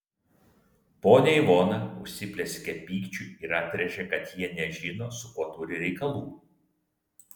ponia ivona užsiplieskė pykčiu ir atrėžė kad jie nežino su kuo turi reikalų